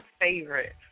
favorite